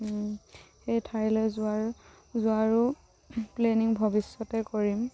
সেই ঠাইলৈ যোৱাৰ যোৱাৰো প্লেনিং ভৱিষ্যতে কৰিম